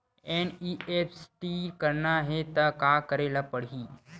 NEFT करना हे त का करे ल पड़हि?